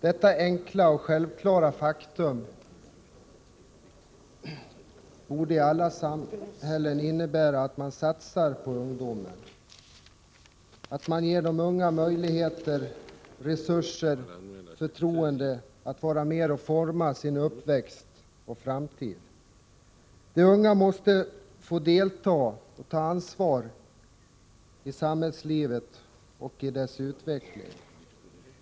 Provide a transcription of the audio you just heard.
Detta enkla och självklara faktum borde i alla samhällen innebära att man satsar på ungdomen, att man ger de unga möjligheter, resurser och förtroende att vara med och forma sin uppväxt och framtid. De unga måste få delta och ta ansvar i samhällslivet och dess utveckling.